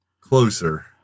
closer